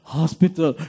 hospital